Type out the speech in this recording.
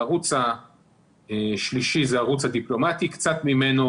הערוץ השלישי הוא הערוץ הדיפלומטי שקצת ממנו